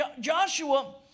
Joshua